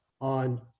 on